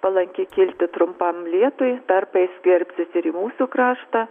palanki kilti trumpam lietui tarpais skverbsis ir į mūsų kraštą